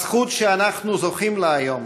הזכות שאנחנו זוכים לה היום,